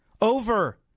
over